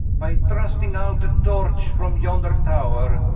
by thrusting out a torch from yonder tower,